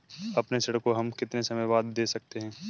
अपने ऋण को हम कितने समय बाद दे सकते हैं?